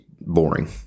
boring